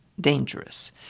dangerous